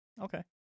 Okay